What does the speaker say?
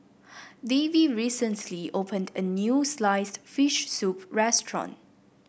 Davey recently opened a new sliced fish soup restaurant